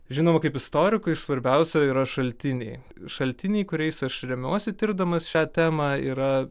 žinoma kaip istorikui svarbiausia yra šaltiniai šaltiniai kuriais aš remiuosi tirdamas šią temą yra